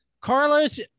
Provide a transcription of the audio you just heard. Carlos